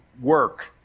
work